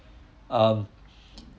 um